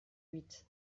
huit